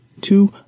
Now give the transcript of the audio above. Two